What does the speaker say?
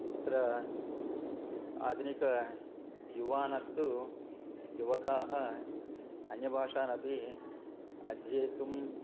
अत्र आधुनिक युवानस्तु युवकाः अन्यभाषानपि अध्येतुम्